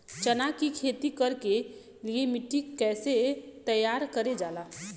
चना की खेती कर के लिए मिट्टी कैसे तैयार करें जाला?